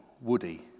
Woody